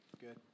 Good